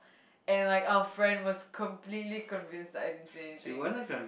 and like our friend was completely convinced that I didn't say anything